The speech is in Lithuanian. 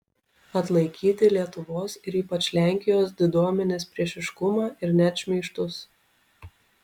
atlaikyti lietuvos ir ypač lenkijos diduomenės priešiškumą ir net šmeižtus